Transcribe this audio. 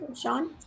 Sean